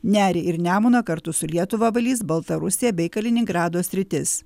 nerį ir nemuną kartu su lietuva valys baltarusija bei kaliningrado sritis